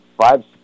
five